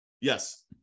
Yes